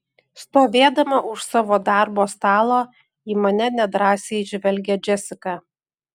stovėdama už savo darbo stalo į mane nedrąsiai žvelgia džesika